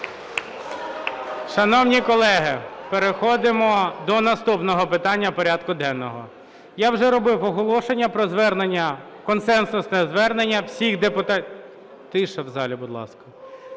Шановні колеги, переходимо до наступного питання порядку денного. Я вже робив оголошення про консенсусне звернення всіх депутатських фракцій та груп.